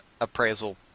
appraisal